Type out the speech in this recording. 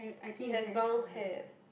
he has brown hair